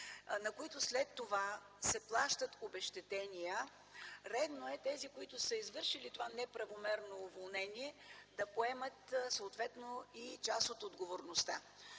на които след това се плащат обезщетения, редно е тези, които са извършили това неправомерно уволнение, да поемат съответно и част от отговорността.